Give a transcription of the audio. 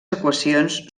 equacions